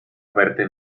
verte